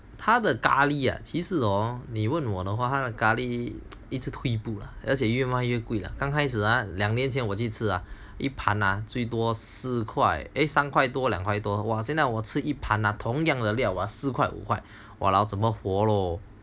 他的咖喱其时 hor 你问我的话了咖喱一直退步了而且越卖越贵了刚开始 ah 两年前我几次一盘那最多四块三块多两快多哇现在我吃一盘那同样的料四块五块 !walao! 怎么活咯